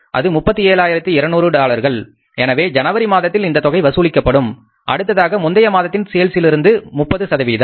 அது 37 ஆயிரத்து 200 டாலர்கள் எனவே ஜனவரி மாதத்தில் இந்த தொகை வசூலிக்கப்படும் அடுத்ததாக முந்தைய மதத்தின் சேல்ஸிலிருந்து 30